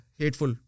hateful